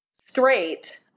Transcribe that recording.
straight